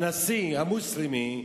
הנשיא המוסלמי,